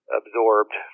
absorbed